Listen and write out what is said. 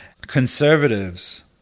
Conservatives